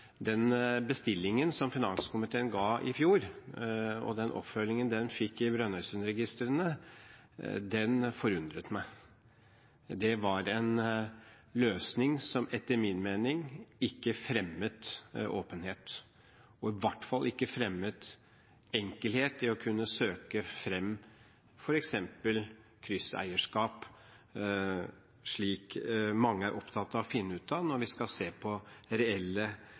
den bestillingen fra finanskomiteen i fjor, og den oppfølgingen den fikk i Brønnøysundregistrene, forundret meg. Det var en løsning som etter min mening ikke fremmet åpenhet, og i hvert fall ikke gjorde det enkelt å søke på f.eks. krysseierskap, slik mange er opptatt av å finne ut av, når de skal se på reelle